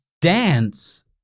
dance